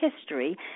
history